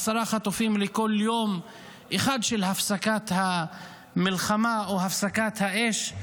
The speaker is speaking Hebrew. עשרה חטופים לכל יום אחד של הפסקת המלחמה או הפסקת האש,